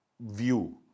view